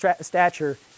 stature